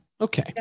Okay